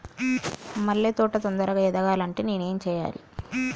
మల్లె తోట తొందరగా ఎదగాలి అంటే నేను ఏం చేయాలి?